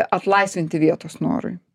atlaisvinti vietos norui